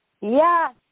Yes